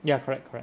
ya correct correct